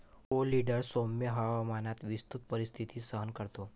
oleander सौम्य हवामानात विस्तृत परिस्थिती सहन करतो